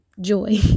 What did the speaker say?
joy